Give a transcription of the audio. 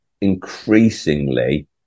increasingly